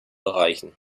erreichen